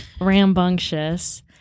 Rambunctious